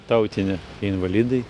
tautinę invalidai